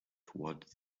toward